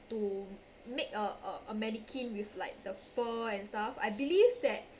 to make a a a mannequin with like the fur and stuff I believe that